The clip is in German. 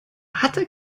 hatte